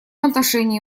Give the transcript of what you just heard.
отношении